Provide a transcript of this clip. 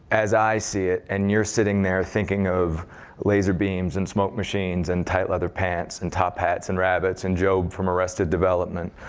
as i see it, and you're sitting there thinking of laser beams, and smoke machines, and tight leather pants, and top hats, and rabbits, and job from arrested development,